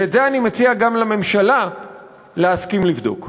ואת זה אני מציע גם לממשלה להסכים לבדוק.